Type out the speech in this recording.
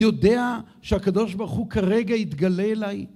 אני יודע שהקדוש ברוך הוא כרגע יתגלה אליי